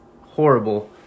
horrible